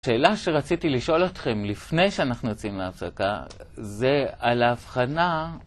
שאלה שרציתי לשאול אתכם לפני שאנחנו יוצאים להפסקה, זה על ההבחנה.